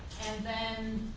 and then